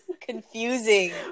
confusing